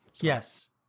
Yes